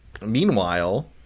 Meanwhile